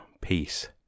peace